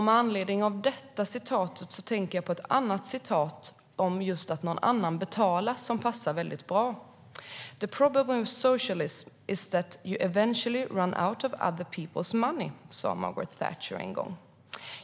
Med anledning av detta uttalande tänker jag på ett citat om att någon annan betalar som passar bra: "The problem with socialism is that you eventually run out of other people's money". Så sa Margaret Thatcher en gång.